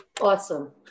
Awesome